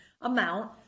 amount